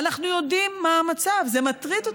אנחנו יודעים מה המצב, זה מטריד אותנו.